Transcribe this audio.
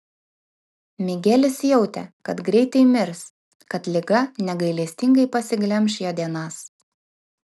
migelis jautė kad greitai mirs kad liga negailestingai pasiglemš jo dienas